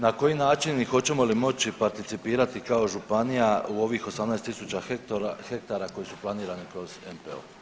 Na koji način i hoćemo li moći participirati kao županija u ovih 18.000 hektara koji su planirani kroz NPO?